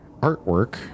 artwork